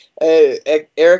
eric